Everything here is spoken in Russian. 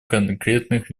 конкретных